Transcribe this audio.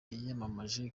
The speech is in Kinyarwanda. yiyamamaje